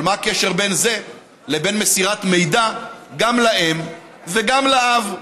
אבל מה הקשר בין זה לבין מסירת מידע גם לאם וגם לאב?